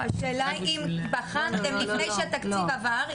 השאלה אם בחנתם אותו לפני שהתקציב עבר.